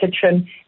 kitchen